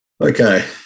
Okay